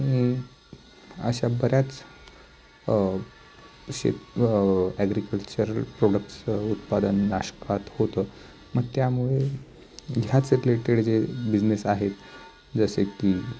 आणि अशा बऱ्याच शेत ॲग्रीकल्चर प्रोडक्टसं उत्पादन नाशकात होतं मग त्यामुळे ह्याच रिलेटेड जे बिझनेस आहेत जसे की